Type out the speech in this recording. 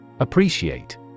Appreciate